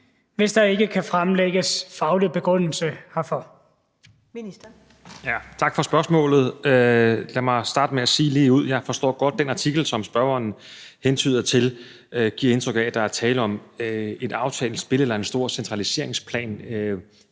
Sundhedsministeren (Magnus Heunicke): Tak for spørgsmålet. Lad mig starte med at sige ligeud, at jeg godt forstår, at den artikel, som spørgeren hentyder til, giver indtryk af, at der er tale om et aftalt spil eller en stor centraliseringsplan.